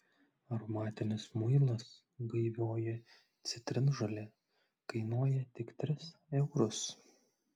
aromatinis muilas gaivioji citrinžolė kainuoja tik tris eurus